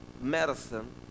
medicine